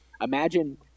Imagine